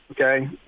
Okay